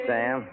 Sam